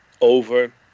over